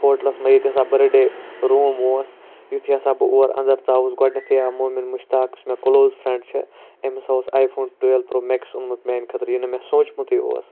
ہوٹلَس مَنٛز ییٚتہِ ہَسا بٔرتھ ڈے روٗم اوس یُتھے ہَسا بہٕ اور اَندَر ژاوُس گۄڈٕنیٚتھٕے آو مومِن مُشتاق یُس مےٚ کلوز فرنڈ چھُ امۍ ہَسا اوس آیۍ فون ٹُویٚل پرو میٚکس اوٚنمُت میانہِ خٲطرٕ یِنہٕ مےٚ سوٗنٛچمُتٕے اوس